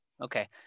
Okay